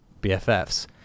BFFs